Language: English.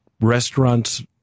restaurants